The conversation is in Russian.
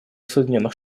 соединенных